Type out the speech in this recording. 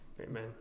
Amen